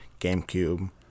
GameCube